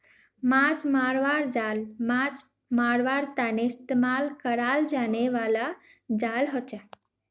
माछ मरवार जाल माछ मरवार तने इस्तेमाल कराल जाने बाला जाल हछेक